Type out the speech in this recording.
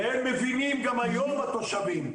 והם מבינים גם היום התושבים,